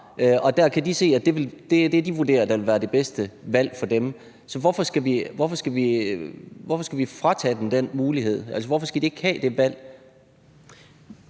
de nu har, og det, som de vurderer vil være det bedste valg for dem. Så hvorfor skal vi fratage dem den mulighed? Altså, hvorfor skal de ikke have det valg?